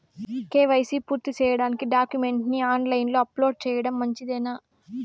KYC పూర్తి సేయడానికి డాక్యుమెంట్లు ని ఆన్ లైను లో అప్లోడ్ సేయడం మంచిదేనా?